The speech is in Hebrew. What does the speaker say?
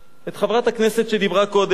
את חברת הכנסת שדיברה קודם,